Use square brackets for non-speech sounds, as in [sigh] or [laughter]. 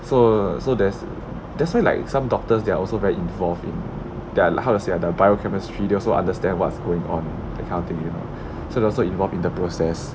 so so there's that's why like some doctors they are also very involved in their like~ how to say ah the biochemistry they also understand what's going on that kind of thing you know [breath] so they also involved in the process